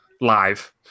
live